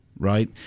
Right